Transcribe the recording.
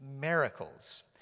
miracles